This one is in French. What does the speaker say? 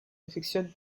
affectionne